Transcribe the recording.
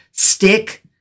Stick